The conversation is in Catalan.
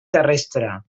terrestre